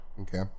Okay